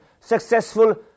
successful